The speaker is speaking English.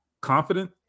confident